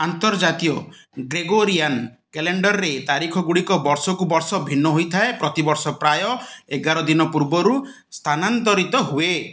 ଆନ୍ତର୍ଜାତୀୟ ଗ୍ରେଗୋରିଆନ୍ କ୍ୟାଲେଣ୍ଡରରେ ତାରିଖଗୁଡ଼ିକ ବର୍ଷକୁ ବର୍ଷ ଭିନ୍ନ ହୋଇଥାଏ ପ୍ରତିବର୍ଷ ପ୍ରାୟ ଏଗାର ଦିନ ପୂର୍ବରୁ ସ୍ଥାନାନ୍ତରିତ ହୁଏ